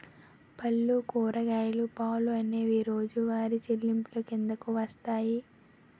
పళ్ళు కూరగాయలు పాలు అనేవి రోజువారి చెల్లింపులు కిందకు వస్తాయి